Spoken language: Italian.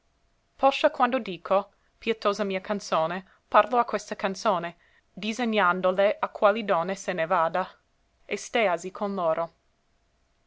poscia quando dico pietosa mia canzone parlo a questa canzone disegnandole a quali donne se ne vada e stèasi con loro